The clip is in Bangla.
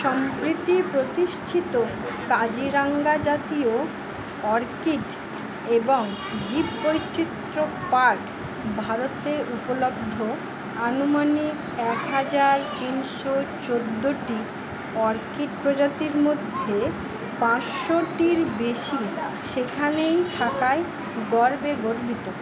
সম্প্রতি প্রতিষ্ঠিত কাজিরাঙা জাতীয় অর্কিড এবং জীববৈচিত্র্য পার্ক ভারতে উপলব্ধ আনুমানিক এক হাজার তিনশো চোদ্দটি অর্কিড প্রজাতির মধ্যে পাঁচশোটির বেশি সেখানেই থাকায় গর্বে গর্বিত